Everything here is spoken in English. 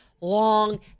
long